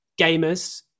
gamers